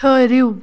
ٹھٔہرِو